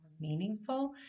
meaningful